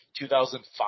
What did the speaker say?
2005